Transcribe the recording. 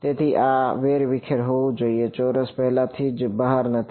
તેથી આ વેરવિખેર હોવું જોઈએ ચોરસ પહેલાથી જ બહાર નથી